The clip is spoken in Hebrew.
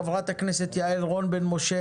דיון ביוזמת חברת הכנסת יעל רון בן משה